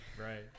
Right